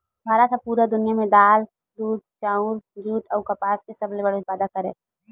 भारत हा पूरा दुनिया में दाल, दूध, चाउर, जुट अउ कपास के सबसे बड़े उत्पादक हरे